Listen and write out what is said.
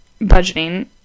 budgeting